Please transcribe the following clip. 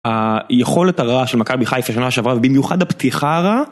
היכולת הרעה של מכבי חיפה שנה שעברה, במיוחד הפתיחה הרעה